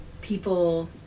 people